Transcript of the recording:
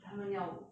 他们要